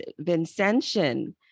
Vincentian